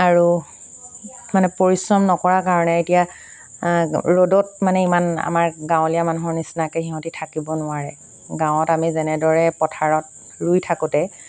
আৰু মানে পৰিশ্ৰম নকৰা কাৰণে এতিয়া ৰ'দত মানে ইমান আমাৰ গাঁৱলীয়া মানুহৰ নিচিনাকৈ সিহঁতি থাকিব নোৱাৰে গাঁৱত আমি যেনেদৰে পথাৰত ৰুই থাকোঁতে